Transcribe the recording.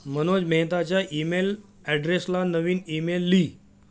मनोज मेहताच्या ईमेल अॅड्रेसला नवीन ईमेल लिही